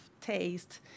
taste